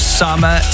summer